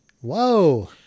whoa